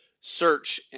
search